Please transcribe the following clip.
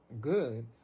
good